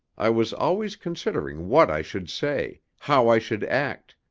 i was always considering what i should say, how i should act,